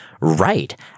Right